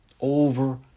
Over